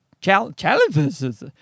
Challenges